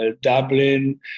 Dublin